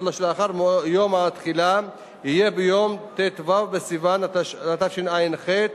שלאחר יום התחילה יהיה ביום ט"ו בסיוון התשע"ח,